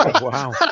Wow